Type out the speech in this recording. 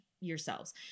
yourselves